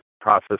process